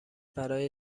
برای